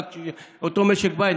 אותו משק בית,